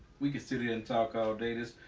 we could sit here and talk all day.